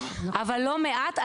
אבל לא מעט.